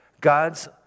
God's